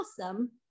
awesome